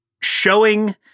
showing